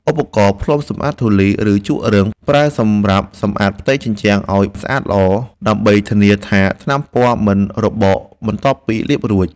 ឧបករណ៍ផ្លុំសម្អាតធូលី ឬជក់រឹង ប្រើសម្រាប់សម្អាតផ្ទៃជញ្ជាំងឱ្យស្អាតល្អ ដើម្បីធានាថាថ្នាំពណ៌មិនរបកបន្ទាប់ពីលាបរួច។